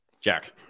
Jack